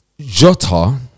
Jota